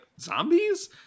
zombies